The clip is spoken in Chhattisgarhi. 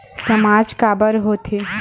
सामाज काबर हो थे?